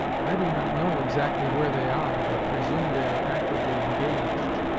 i do not know exactly where they are, but presume they are actively engaged.